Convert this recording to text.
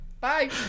Bye